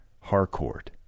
Harcourt